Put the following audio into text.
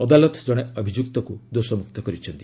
ଅଦାଲତ ଜଣେ ଅଭିଯୁକ୍ତକୁ ଦୋଷ ମୁକ୍ତ କରିଛନ୍ତି